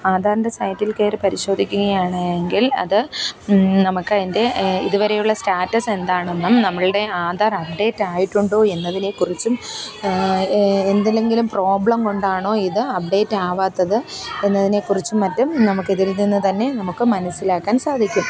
ആധാറിൻറ്റെ സൈറ്റിൽ കയറി പരിശോധിക്കുകയാണ് എങ്കിൽ അത് നമ്മൾക്ക് അതിന്റെ ഇത് വരെയുള്ള സ്റ്റാറ്റസ് എന്താണെന്നും നമ്മളുടെ ആധാർ അപ്ഡേറ്റായിട്ടുണ്ടോ എന്നതിനെക്കുറിച്ചും എന്തിലെങ്കിലും പ്രോബ്ലം കൊണ്ടാണോ ഇത് അപ്ഡേറ്റാവാത്തത് എന്നതിനെക്കുറിച്ചും മറ്റും നമ്മൾക്ക് ഇതിൽ നിന്ന് തന്നെ നമ്മൾക്ക് മനസ്സിലാക്കാൻ സാധിക്കും